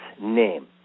name